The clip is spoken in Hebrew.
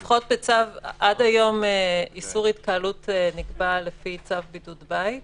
עד היום איסור התקהלות נקבע לפי צו בידוד בית ושם,